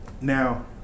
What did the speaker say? Now